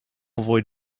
avoid